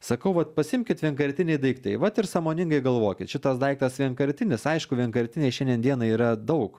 sakau vat pasiimkit vienkartiniai daiktai vat ir sąmoningai galvokit šitas daiktas vienkartinis aišku vienkartiniai šiandien dienai yra daug